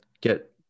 get